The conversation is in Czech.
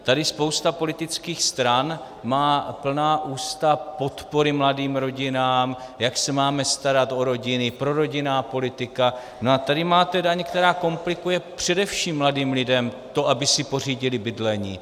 Tady spousta politických stran má plná ústa podpory mladým rodinám, jak se máme starat o rodiny, prorodinná politika, a tady máte daň, která komplikuje především mladým lidem to, aby si pořídili bydlení.